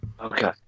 Okay